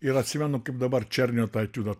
ir atsimenu kaip dabar černio tą etiudą